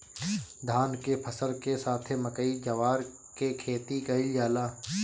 धान के फसल के साथे मकई, जवार के खेती कईल जाला